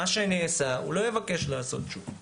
מה שנעשה, לא יבקשו לעשות שוב.